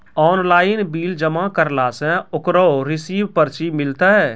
Online bill जमा करला से ओकरौ रिसीव पर्ची मिलतै?